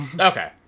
Okay